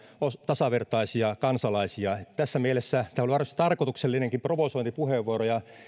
tasavertaisia kansalaisia tässä mielessä tämä oli varmasti tarkoituksellinenkin provosointipuheenvuoro ja